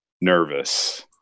nervous